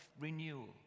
renewal